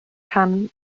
rhan